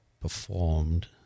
performed